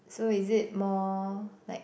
so is it more like